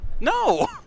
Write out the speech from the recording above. No